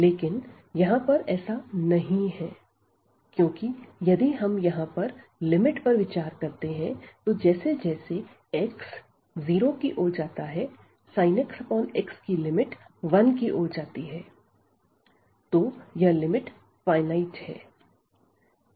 लेकिन यहां पर ऐसा नहीं है क्योंकि यदि हम यहां पर लिमिट पर विचार करते हैं तो जैसे जैसे x 0 की ओर जाता है sin x xकी लिमिट 1 की ओर जाती है तो यह लिमिट फाइनाइट है